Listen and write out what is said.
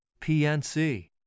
PNC